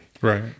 Right